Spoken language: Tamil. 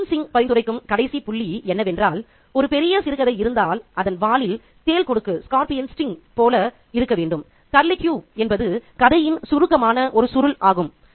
குஸ்வந்த் சிங் பரிந்துரைக்கும் கடைசி புள்ளி என்னவென்றால் ஒரு பெரிய சிறுகதை இருந்தால் அதன் வாலில் தேள் கொடுக்கு போல இருக்க வேண்டும் கர்லிக்யூ என்பது கதையின் சுருக்கமான ஒரு சுருள் ஆகும்